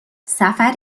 سفر